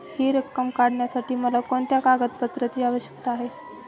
हि रक्कम काढण्यासाठी मला कोणत्या कागदपत्रांची आवश्यकता आहे?